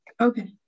Okay